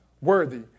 worthy